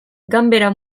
ganbera